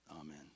Amen